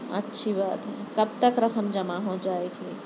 اچھی بات ہے کب تک رقم جمع ہو جائے گی